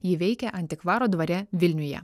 ji veikia antikvaro dvare vilniuje